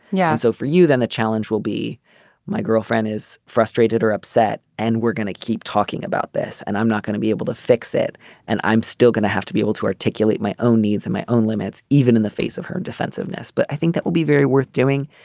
yeah. so for you then the challenge will be my girlfriend is frustrated or upset and we're gonna keep talking about this and i'm not going to be able to fix it and i'm still gonna have to be able to articulate my own needs and my own limits even in the face of her defensiveness. but i think that will be very worth doing.